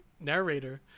narrator